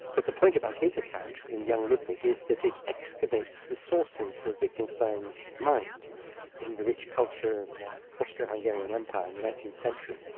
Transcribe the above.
but the point about his account in young ludwig is that it excavates the sources of wittgenstein's mind in the rich culture of the austro-hungarian empire in the nineteenth century,